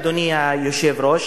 אדוני היושב-ראש,